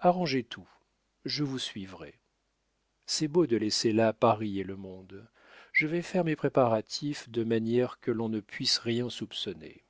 arrangez tout je vous suivrai c'est beau de laisser là paris et le monde je vais faire mes préparatifs de manière que l'on ne puisse rien soupçonner